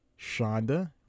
Shonda